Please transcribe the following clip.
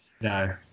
no